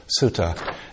sutta